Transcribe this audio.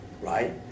right